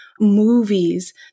movies